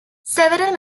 several